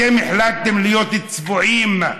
אתם החלטתם להיות צבועים.